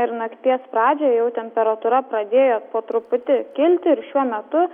ir nakties pradžioje jau temperatūra pradėjo po truputį kilti ir šiuo metu